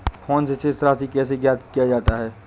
Phone से शेष राशि कैसे ज्ञात किया जाता है?